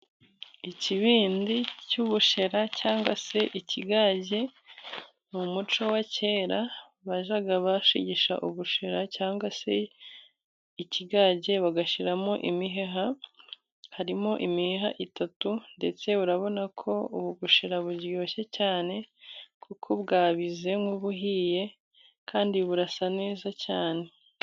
ikibindi cy'ubushera cyangwa se ikigage, mu muco wa kera bajyaga bashigisha ubushera cyangwa se ikigage bagashiramo imiheha, harimo imiheha itatu ndetse urabona ko ubu bushera burasa nku buryoshye cyane, kuko bwabize nk'ubuhiye kandi burasa neza cyane.